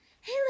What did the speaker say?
Hey